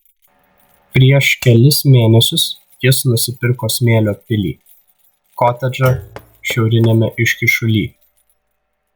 prieš kelis mėnesius jis nusipirko smėlio pilį kotedžą šiauriniame iškyšuly